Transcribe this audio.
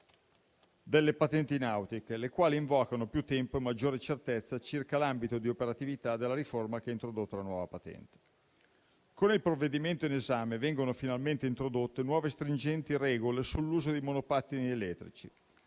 delle patenti nautiche, le quali invocano più tempo e maggiore certezza circa l'ambito di operatività della riforma che ha introdotto la nuova patente. Con il provvedimento in esame vengono finalmente introdotte nuove e stringenti regole sull'uso dei monopattini elettrici,